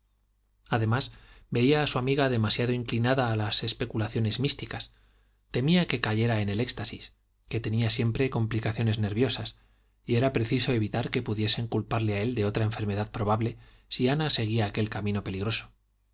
además veía a su amiga demasiado inclinada a las especulaciones místicas temía que cayera en el éxtasis que tenía siempre complicaciones nerviosas y era preciso evitar que pudiesen culparle a él de otra enfermedad probable si ana seguía aquel camino peligroso